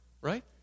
Right